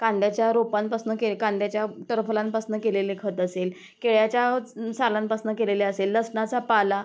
कांद्याच्या रोपांपासून केल् कांद्याच्या टरफलांपासून केलेले खत असेल केळ्याच्या च् सालांपासून केलेले असेल लसणाचा पाला